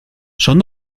son